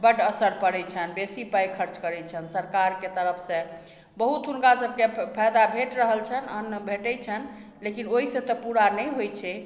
बड असर पड़ैत छनि बेसी पाइ खर्च करैत छनि सरकारके तरफसँ बहुत हुनका सभके फायदा भेट रहल छनि अन्न भेटैत छनि लेकिन ओहिसँ तऽ पूरा नहि होइत छै